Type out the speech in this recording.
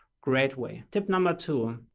great way. tip number two,